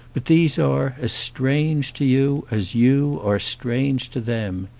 but these are as strange to you as you are strange to them.